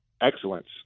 excellence